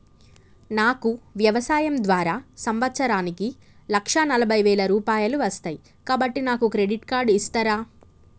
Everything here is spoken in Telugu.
నాకు వ్యవసాయం ద్వారా సంవత్సరానికి లక్ష నలభై వేల రూపాయలు వస్తయ్, కాబట్టి నాకు క్రెడిట్ కార్డ్ ఇస్తరా?